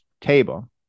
table